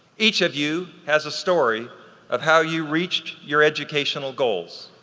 each of you has a story of how you reached your educational goals.